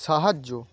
সাহায্য